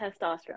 testosterone